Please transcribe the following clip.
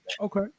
Okay